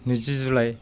नैजिसे जुलाइ